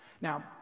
Now